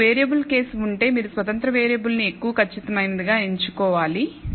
మీకు variable case ఉంటే మీరు స్వతంత్ర వేరియబుల్ను ఎక్కువ ఖచ్చితమైనదిగా ఎంచుకోవాలి